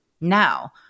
Now